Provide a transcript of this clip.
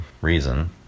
reason